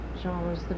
genres